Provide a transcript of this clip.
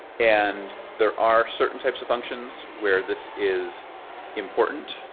and there are certain types of functions where this is important.